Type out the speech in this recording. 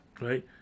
right